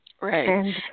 Right